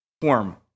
form